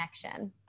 Connection